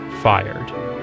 Fired